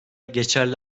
geçerli